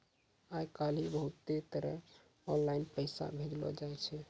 आय काइल बहुते तरह आनलाईन पैसा भेजलो जाय छै